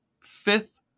Fifth